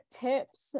tips